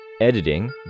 Editing